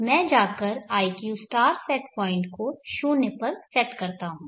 इसलिए मैं जाकर iq सेट पॉइंट को शून्य पर सेट करता हूं